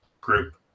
group